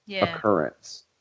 occurrence